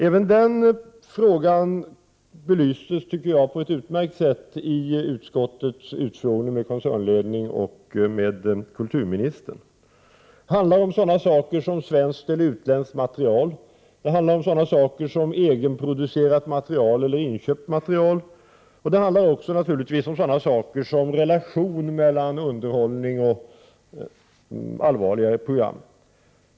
Även den frågan belystes på ett utmärkt sätt vid utskottets utfrågning av koncernledningen och kulturministern. Det handlar t.ex. om svenskt eller utländskt material. Det handlar om egenproducerat material eller inköpt material. Och det handlar naturligtvis även om relationen mellan underhållning och allvarligare program.